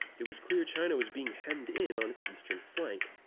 it was clear china was being hemmed in on its eastern flank.